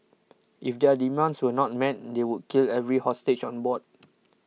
if their demands were not met they would kill every hostage on board